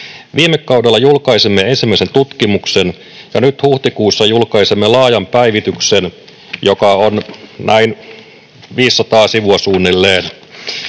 Viime kaudella julkaisimme ensimmäisen tutkimuksen, ja nyt huhtikuussa julkaisemme laajan päivityksen, joka on 500 sivua suunnilleen.